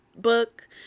book